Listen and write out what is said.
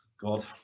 God